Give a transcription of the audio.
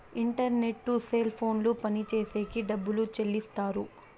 internet cell ఫోన్లు పనిచేసేకి డబ్బులు చెల్లిస్తారు